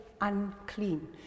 unclean